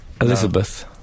Elizabeth